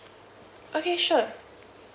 okay sure